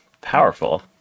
powerful